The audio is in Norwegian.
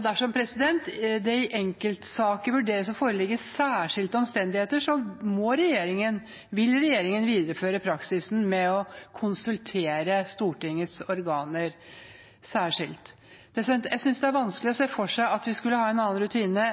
Dersom det i enkeltsaker vurderes å foreligge særskilte omstendigheter, vil regjeringen videreføre praksisen med å konsultere Stortingets organer særskilt. Jeg synes det er vanskelig å se for seg at vi skulle hatt en annen rutine,